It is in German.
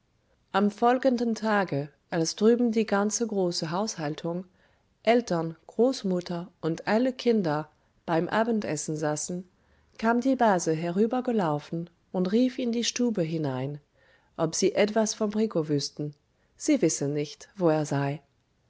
am folgenden tage als drüben die ganze große haushaltung eltern großmutter und alle kinder beim abendessen saßen kam die base herübergelaufen und rief in die stube hinein ob sie etwas vom rico wüßten sie wisse nicht wo er sei